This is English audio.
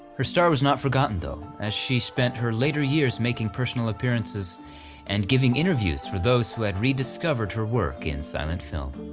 her star was not forgotten though as she spent her later years making personal appearances and giving interviews for those who had rediscovered her work in silent film.